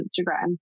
Instagram